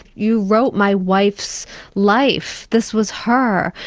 you wrote my wife's life, this was her,